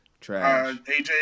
trash